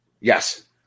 Yes